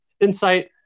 insight